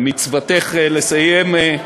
מצוותך, לסיים.